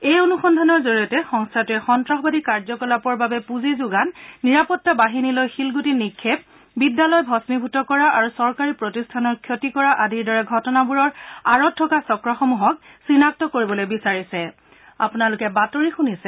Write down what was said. এই অনুসন্ধানৰ জৰিয়তে সংস্থাটোৱে সন্ত্ৰাসবাদী কাৰ্যকলাপৰ বাবে পুঁজি যোগান নিৰাপত্তা বাহিনীলৈ শিলগুটি নিক্ষেপ বিদ্যালয় ভমীভূত কৰা আৰু চৰকাৰী প্ৰতিষ্ঠানৰ ক্ষতি কৰা আদিৰ দৰে ঘটনাবোৰৰ আঁৰত থকা চক্ৰসমূহক চিনাক্ত কৰিবলৈ বিচাৰিছে